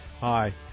Hi